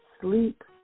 sleep